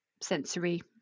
sensory